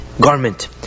garment